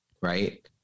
right